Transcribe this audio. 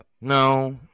No